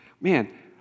man